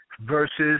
versus